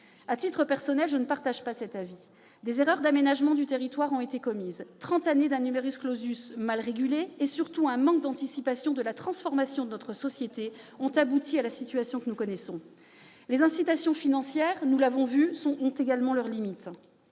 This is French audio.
À titre personnel, je ne partage pas cet avis. Des erreurs d'aménagement du territoire ont été commises : trente années d'un mal régulé et, surtout, un manque d'anticipation de la transformation de notre société ont abouti à la situation que nous connaissons. Les incitations financières, nous l'avons vu, ont également leurs limites.